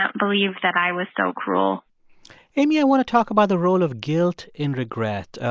can't believe that i was so cruel amy, i want to talk about the role of guilt in regret.